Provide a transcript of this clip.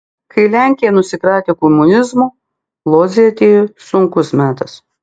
kai lenkija nusikratė komunizmo lodzei atėjo sunkus metas